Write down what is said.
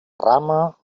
rama